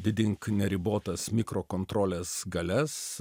didink neribotas mikro kontrolės galias